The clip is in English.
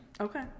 Okay